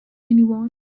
anyone